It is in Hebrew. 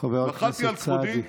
חברת הכנסת סעדי.